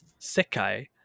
sekai